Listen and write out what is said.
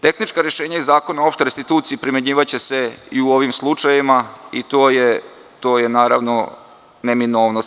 Tehnička rešenja iz Zakona o opštoj restituciji primenjivaće se u ovim slučajevima i to je naravno neminovnost.